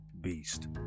beast